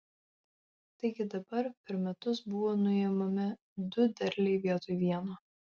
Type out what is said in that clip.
taigi dabar per metus buvo nuimami du derliai vietoj vieno